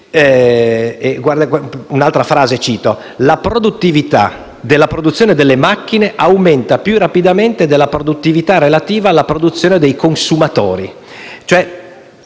un'altra frase: la produttività delle macchine aumenta più rapidamente della produttività relativa alla produzione dei consumatori.